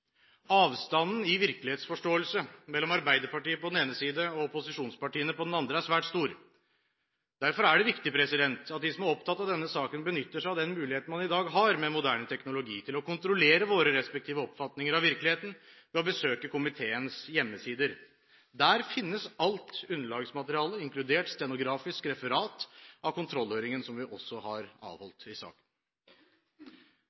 Avstanden i virkelighetsforståelse mellom Arbeiderpartiet på den ene siden og opposisjonspartiene på den andre siden er svært stor. Derfor er det viktig at de som er opptatt av denne saken, benytter seg av den muligheten man i dag har med moderne teknologi til å kontrollere våre respektive oppfatninger av virkeligheten ved å besøke komiteens hjemmesider. Der finnes alt underlagsmaterialet – inkludert stenografisk referat av kontrollhøringen, som vi også har